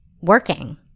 working